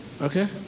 okay